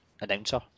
announcer